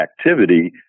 activity